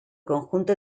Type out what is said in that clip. conjunto